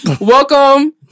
Welcome